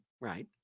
right